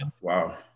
wow